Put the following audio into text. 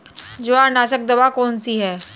जवारनाशक दवा कौन सी है?